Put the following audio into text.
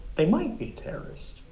they might be terrorists.